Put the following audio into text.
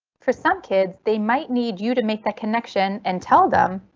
for some kids they might need you to make that connection and tell them,